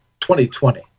2020